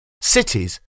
Cities